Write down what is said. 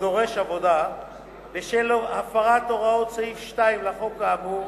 או דורש עבודה בשל הפרת הוראות סעיף 2 לחוק האמור,